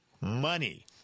money